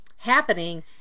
happening